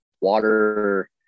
water